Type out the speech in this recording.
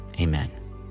amen